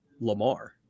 Lamar